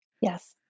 Yes